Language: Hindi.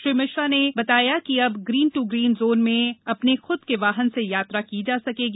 श्री मिश्रा के म्ताबिक अब ग्रीन टू ग्रीन जोन में अपने ख्द के वाहन से यात्रा की जा सकेगी